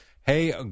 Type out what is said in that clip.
Hey